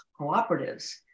cooperatives